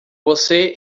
você